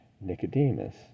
Nicodemus